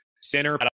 Center